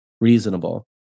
reasonable